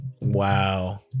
Wow